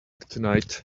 tonight